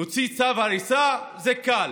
להוציא צו הריסה זה קל.